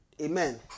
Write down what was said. Amen